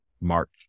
March